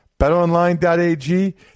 BetOnline.ag